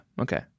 okay